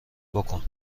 بـکـن